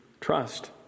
trust